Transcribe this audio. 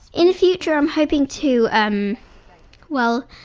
in the future, i'm hoping to um well